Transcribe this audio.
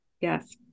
Yes